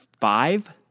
five